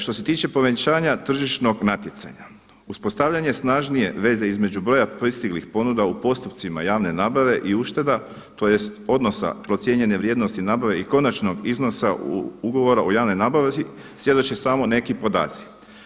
Što se tiče povećanja tržišnog natjecanja uspostavljanje snažnije veze između broja pristiglih ponuda u postupcima javne nabave i ušteda, tj. odnosa procijenjene vrijednosti nabave i konačnog iznosa ugovora o javnoj nabavi svjedoče samo neki podaci.